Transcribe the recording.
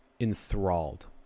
enthralled